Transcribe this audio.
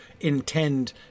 intend